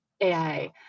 AI